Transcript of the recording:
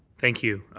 thank you.